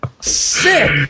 sick